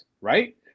right